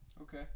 okay